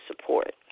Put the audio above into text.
support